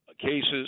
cases –